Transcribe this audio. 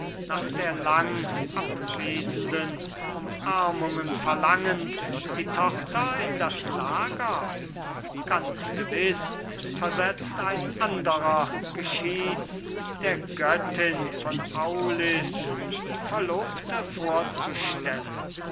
nach der lang abwesenden umarmungen verlangend die tochter in das lager ganz gewiß versetzt ein anderer geschieht's der göttin von aulis die verlobte vorzustellen